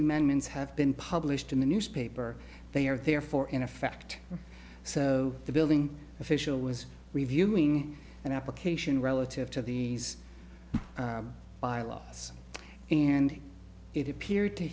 amendments have been published in the newspaper they are therefore in effect so the building official was reviewing an application relative to the bylaws and it appeared to